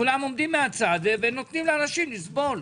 כולם עומדים מהצד ונותנים לאנשים לסבול.